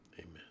Amen